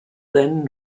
then